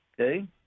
Okay